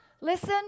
listen